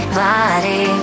body